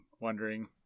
wondering